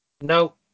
No